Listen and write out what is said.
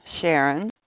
Sharon